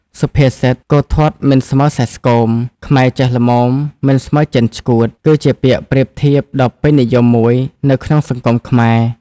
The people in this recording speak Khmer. សុភាសិត "គោធាត់មិនស្មើសេះស្គម ខ្មែរចេះល្មមមិនស្មើចិនឆ្កួត" គឺជាពាក្យប្រៀបធៀបដ៏ពេញនិយមមួយនៅក្នុងសង្គមខ្មែរ។